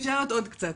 נשארת עוד קצת.